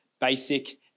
basic